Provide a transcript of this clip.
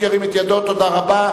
תודה.